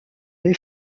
les